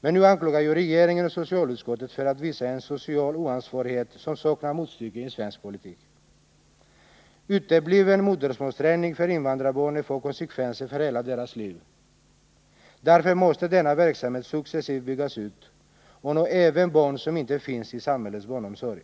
Men nu anklagar jag regeringen och socialutskottet för att visa en social oansvarighet som saknar motstycke i svensk politik. Uteblivande av modersmålsträning för invandrarbarnen får konsekvenser för hela deras liv. Därför måste denna verksamhet successivt byggas ut och nå även barn som inte finns med i samhällets barnomsorg.